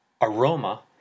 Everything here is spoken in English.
aroma